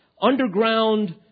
underground